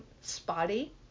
spotty